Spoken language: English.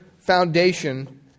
foundation